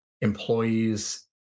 employees